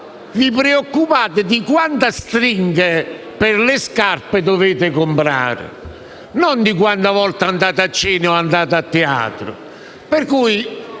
si preoccupano di quante stringhe per le scarpe devono comprare e non di quante volte andare a cena fuori o a teatro.